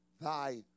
thy